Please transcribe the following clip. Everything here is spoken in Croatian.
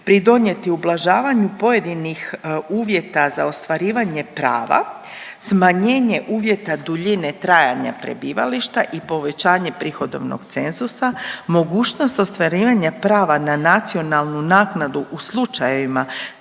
pridonijeti ublažavanju pojedinih uvjeta za ostvarivanje prava, smanjenje uvjeta duljine trajanja prebivališta i povećanje prihodovnog cenzusa, mogućnost ostvarivanja prava na nacionalnu naknadu u slučajevima kada